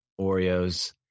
Oreos